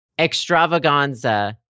extravaganza